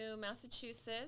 Massachusetts